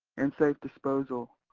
and safe disposal,